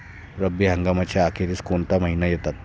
रब्बी हंगामाच्या अखेरीस कोणते महिने येतात?